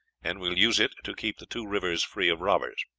and will use it to keep the two rivers free of robbers,